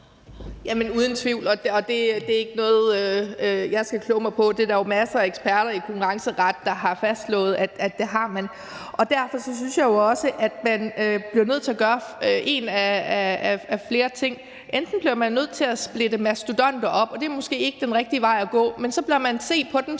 uden tvivl. Og det er ikke noget, jeg skal kloge mig på; det er der jo masser af eksperter i konkurrenceret der har fastslået at de har. Derfor synes jeg jo også, at man bliver nødt til at gøre en af flere ting. Enten bliver man nødt til at splitte mastodonter op, og det er måske ikke den rigtige vej at gå, eller også bør man se på dem